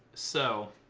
so